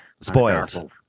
Spoiled